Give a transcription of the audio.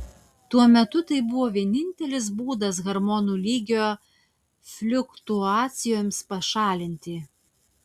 tuo metu tai buvo vienintelis būdas hormonų lygio fliuktuacijoms pašalinti